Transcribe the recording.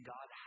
God